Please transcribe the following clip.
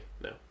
No